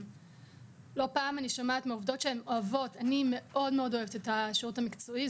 לא פעם אני שומעת מעובדות: אני מאוד מאוד אוהבת את השירות המקצועי.